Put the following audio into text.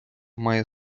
має